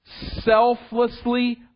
selflessly